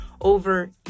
over